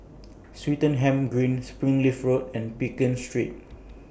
Swettenham Green Springleaf Road and Pekin Street